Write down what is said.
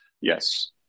Yes